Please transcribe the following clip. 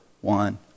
one